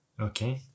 Okay